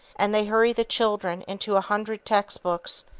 and they hurry the children into a hundred textbooks,